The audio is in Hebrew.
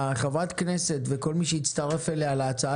חברת הכנסת וכל מי שהצטרף אליה להצעה